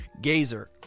gazer